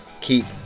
keep